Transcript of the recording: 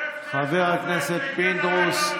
חבר הכנסת פינדרוס,